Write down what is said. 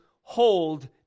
hold